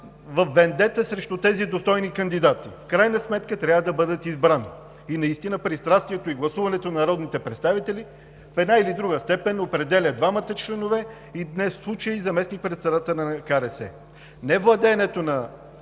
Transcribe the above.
във вендета срещу тези достойни кандидати. В крайна сметка трябва да бъдат избрани! Наистина пристрастието и гласуването на народните представители в една или друга степен определя двамата членове, в случая и заместник-председателя на КРС. Невладеенето на